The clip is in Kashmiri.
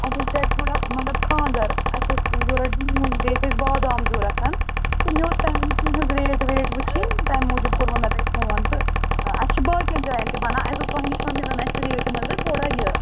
اَسہِ اوس گرِ تھوڑا مطلب خانٛدر اَسہِ ٲسۍ ضروٗرت ڈوٗنۍ بیٚیہِ ٲس اَسہِ بادام ضرَوٗرت تہٕ مےٚ اوس تِمنٕے چیٖزن ریٹ ویٹ وُچھِنۍ تَمہِ موٗجوٗب کوٚرمَو مےٚ تۅہہِ فون تہٕ اَسہِ چھِ باقٕیَن جایَن تہِ بنان اَسہِ دوٚپ تۄہہِ نِش ما میلن اَسہِ ریٹہِ منٛز تھوڑا یہِ